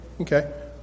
Okay